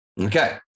Okay